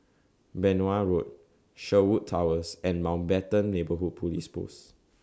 Benoi Road Sherwood Towers and Mountbatten Neighbourhood Police Post